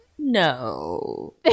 No